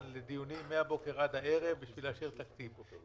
לדיונים מהבוקר ועד הערב בשביל לאשר תקציב.